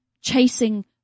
chasing